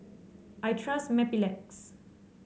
I trust Mepilex